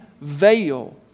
veil